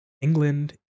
England